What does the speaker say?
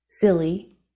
silly